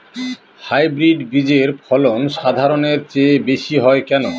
Hybrid বীজের ফলন সাধারণের চেয়ে বেশী হয় কেনো?